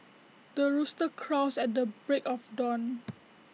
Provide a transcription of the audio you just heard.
the rooster crows at the break of dawn